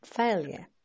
failure